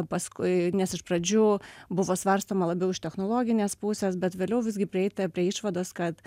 paskui nes iš pradžių buvo svarstoma labiau iš technologinės pusės bet vėliau visgi prieita prie išvados kad